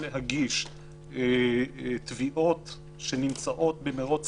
להגיש תביעות שנמצאות במרוץ סמכויות,